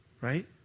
right